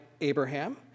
Abraham